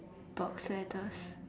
boxed letters